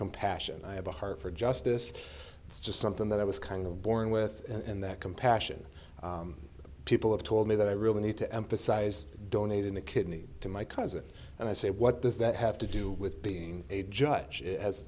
compassion i have a heart for justice it's just something that i was kind of born with and that compassion people have told me that i really need to emphasize donating a kidney to my cousin and i say what does that have to do with being a judge has